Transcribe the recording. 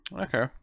Okay